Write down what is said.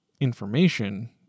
information